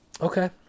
okay